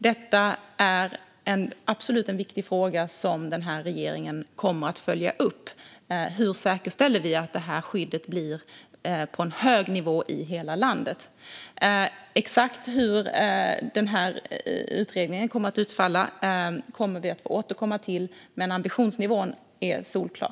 Detta är absolut en viktig fråga som denna regering kommer att följa upp. Hur säkerställer vi att detta skydd blir på en hög nivå i hela landet? Exakt hur denna utredning kommer att utfalla kommer vi att få återkomma till. Men ambitionsnivån är solklar.